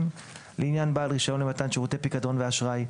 לעניין בעל רישיון למתן שירותי פיקדון ואשראי,